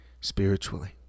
spiritually